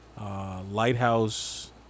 Lighthouse